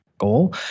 goal